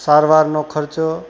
સારવારનો ખર્ચો